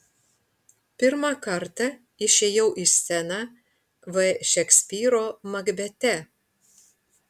pirmą kartą išėjau į sceną v šekspyro makbete